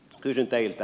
kysyn teiltä